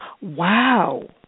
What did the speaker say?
Wow